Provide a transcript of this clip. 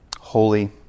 holy